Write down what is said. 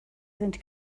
sind